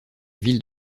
ville